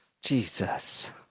Jesus